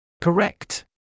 Correct